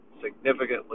significantly